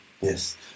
Yes